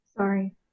Sorry